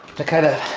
to kind of